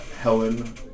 Helen